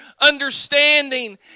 understanding